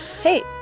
Hey